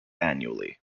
annually